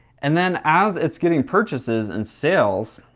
and then as it's getting purchases and sales.